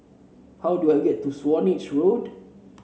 how do I get to Swanage Road